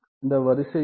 இந்த வரிசை என்ன